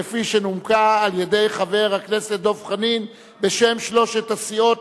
כפי שנומקה על-ידי חבר הכנסת דב חנין בשם שלוש הסיעות.